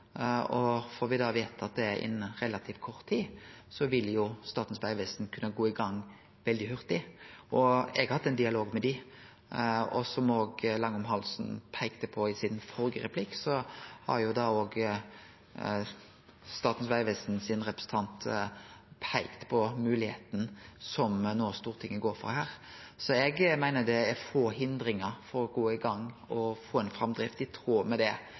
og får me vedtatt det innan relativt kort tid, vil Statens vegvesen kunne gå i gang veldig hurtig. Eg har hatt ein dialog med dei, og som Langholm Hansen peikte på i ein tidlegare replikk, har òg Statens vegvesen sin representant peikt på moglegheita som Stortinget no går for her. Så eg meiner det er få hindringar for å gå i gang og få ei framdrift i tråd med det